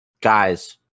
guys